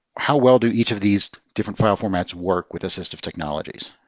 how well do each of these different file formats work with assistive technologies?